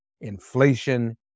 Inflation